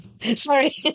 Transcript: Sorry